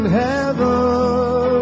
heaven